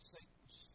Satan's